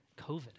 COVID